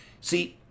See